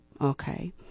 okay